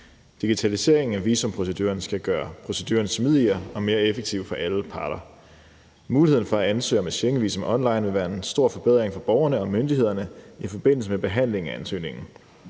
Digitaliseringen af visumproceduren skal gøre proceduren smidigere og mere effektiv for alle parter. Muligheden for at ansøge om et Schengenvisum online vil være en stor forbedring for borgerne og myndighederne i forbindelse med behandlingen af ansøgningerne.